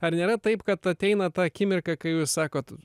ar nėra taip kad ateina ta akimirka kai jūs sakot